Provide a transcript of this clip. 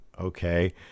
okay